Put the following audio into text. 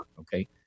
okay